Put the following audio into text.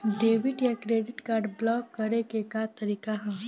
Debit या credit card block करे के का तरीका ह?